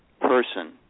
person